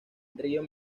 río